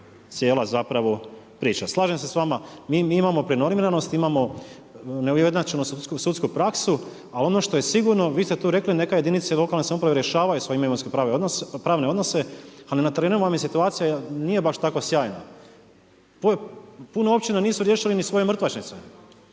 cijela zapravo priča. Slažem se sa vama mi imamo prenormiranost, imamo neujednačenu sudsku praksu. Ali ono što je sigurno vi ste tu rekli neka jedinice lokalne samouprave rješavaju svoje imovinsko-pravne odnose, a na terenu vam je situacija nije baš tako sjajna. Puno općina nisu riješili ni svoje mrtvačnice,